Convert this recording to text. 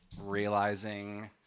realizing